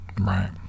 Right